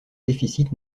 déficit